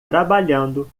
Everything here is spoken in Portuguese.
trabalhando